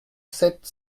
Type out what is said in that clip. sept